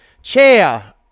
chair